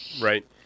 Right